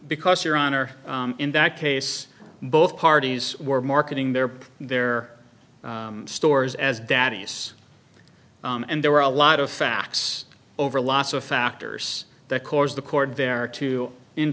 because your honor in that case both parties were marketing their their stores as daddy's and there were a lot of facts over lots of factors that cause the court there to in